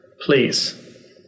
please